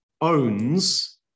owns